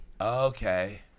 Okay